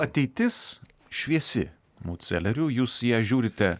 ateitis šviesi mūdselerių jūs į ją žiūrite